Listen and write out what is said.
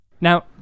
Now